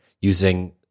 using